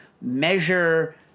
measure